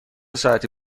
ساعتی